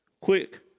Quick